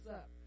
up